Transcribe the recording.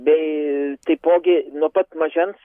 bei taipogi nuo pat mažens